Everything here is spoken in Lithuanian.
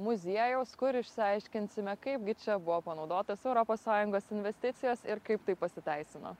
muziejaus kur išsiaiškinsime kaipgi čia buvo panaudotos europos sąjungos investicijos ir kaip tai pasiteisino